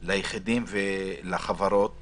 ליחידים ולחברות